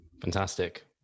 Fantastic